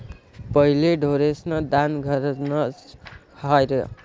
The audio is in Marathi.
पहिले ढोरेस्न दान घरनंच र्हाये